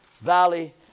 valley